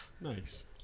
Nice